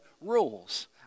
rules